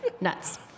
nuts